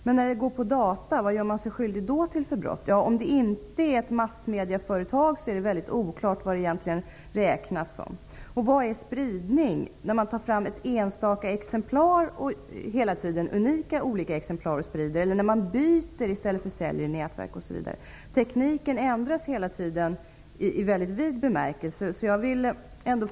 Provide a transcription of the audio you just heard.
Men när det går via data -- vad gör man sig skyldig till för brott då? Om det inte är fråga om ett massmedieföretag är det väldigt oklart vad det egentligen ska betraktas som. Och vad är spridning? Är det spridning när man hela tiden tar fram unika, olika exemplar och sprider, eller när man byter i stället för att sälja, i nätverk, osv.? Tekniken i väldigt vid bemärkelse ändras hela tiden.